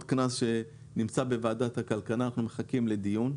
קנס שנמצא בוועדת הכלכלה ואנחנו מחכים לדיון.